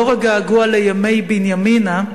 לא רק געגוע לימי בנימינה,